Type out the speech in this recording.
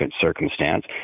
circumstance